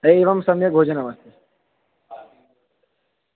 हा एवं सम्यक् भोजनमस्ति